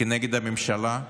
נגד הממשלה,